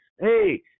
Hey